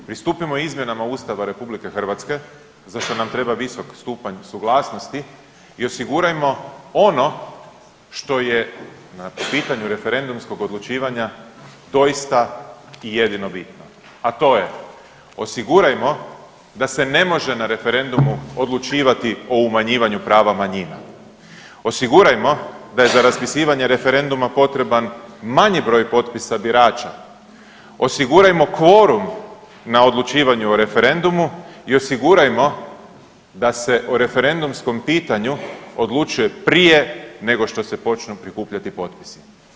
Pristupimo izmjenama Ustava RH za što nam treba visok stupanj suglasnosti i osigurajmo ono što je na pitanju referendumskog odlučivanja doista i jedino bitno, a to je osigurajmo da se ne može na referendumu odlučivati o umanjivanju prava manjina, osigurajmo da za raspisivanje referenduma potreban manji broj potpisa birača, osigurajmo kvorum na odlučivanju o referendumu i osigurajmo da se o referendumskom pitanju odlučuje prije nego što se počnu prikupljati potpisi.